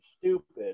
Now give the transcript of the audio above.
stupid